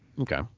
Okay